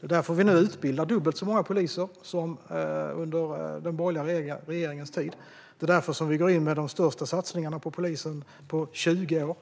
Det är därför vi nu utbildar dubbelt så många poliser som under den borgerliga regeringens tid. Det är därför som vi går in med de största satsningarna på polisen på 20 år.